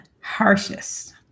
harshest